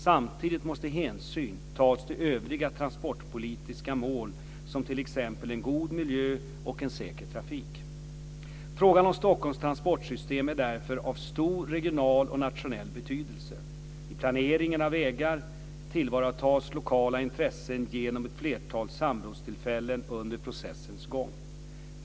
Samtidigt måste hänsyn tas till övriga transportpolitiska mål som t.ex. en god miljö och en säker trafik. Frågan om Stockholms transportsystem är därför av stor regional och nationell betydelse. I planeringen av vägar tillvaratas lokala intressen genom ett flertal samrådstillfällen under processens gång.